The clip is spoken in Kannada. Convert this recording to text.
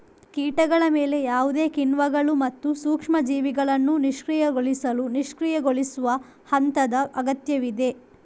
ಕೀಟಗಳ ಮೇಲೆ ಯಾವುದೇ ಕಿಣ್ವಗಳು ಮತ್ತು ಸೂಕ್ಷ್ಮ ಜೀವಿಗಳನ್ನು ನಿಷ್ಕ್ರಿಯಗೊಳಿಸಲು ನಿಷ್ಕ್ರಿಯಗೊಳಿಸುವ ಹಂತದ ಅಗತ್ಯವಿದೆ